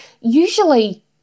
usually